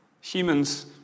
Humans